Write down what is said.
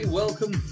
welcome